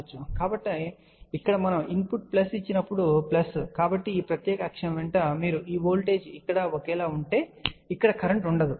కాబట్టి ఇక్కడ మనము ఇన్పుట్ ప్లస్ ఇచ్చినప్పుడు ప్లస్ కాబట్టి ఈ ప్రత్యేక అక్షం వెంట మీరు ఈ వోల్టేజ్ ఇక్కడ ఒకేలా ఉంటే ఇక్కడ కరెంట్ ఉండదు